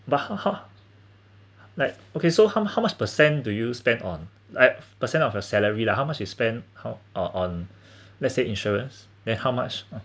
but how how like okay so how how much percent do you spend on like percent of your salary lah how much you spend how are on let's say insurance then how much